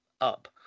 up